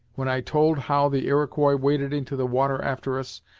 when i told how the iroquois waded into the water after us,